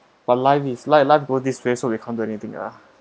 but life is life life go this way so we can't do anything ah